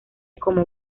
como